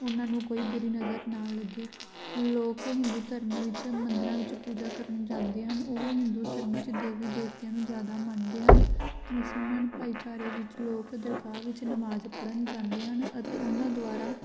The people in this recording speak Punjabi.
ਉਹਨਾਂ ਨੂੰ ਕੋਈ ਬੁਰੀ ਨਜ਼ਰ ਨਾ ਲੱਗੇ ਲੋਕ ਹਿੰਦੂ ਧਰਮ ਵਿੱਚ ਮੰਦਰਾਂ ਵਿੱਚ ਪੂਜਾ ਕਰਨ ਜਾਂਦੇ ਹਨ ਉਹ ਹਿੰਦੂ ਧਰਮ 'ਚ ਦੇਵੀ ਦੇਵਤਿਆਂ ਨੂੰ ਜ਼ਿਆਦਾ ਮੰਨਦੇ ਹਨ ਮੁਸਲਮਾਨ ਭਾਈਚਾਰੇ ਵਿੱਚ ਲੋਕ ਦਰਗਾਹ ਵਿੱਚ ਨਮਾਜ਼ ਪੜ੍ਹਨ ਜਾਂਦੇ ਹਨ ਅਤੇ ਉਹਨਾਂ ਦੁਆਰਾ